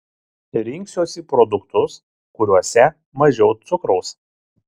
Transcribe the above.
rinksiuosi produktus kuriuose mažiau cukraus